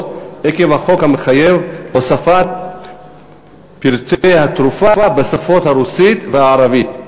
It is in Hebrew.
עקב החוק המחייב הוספת פרטי התרופה בשפות הרוסית והערבית.